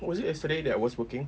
was it yesterday that I was working